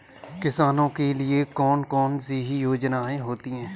किसानों के लिए कौन कौन सी योजनायें होती हैं?